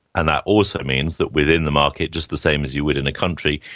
and that also means that within the market, just the same as you would in a country,